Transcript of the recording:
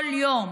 כל יום,